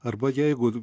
arba jeigu